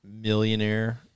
millionaire